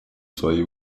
свои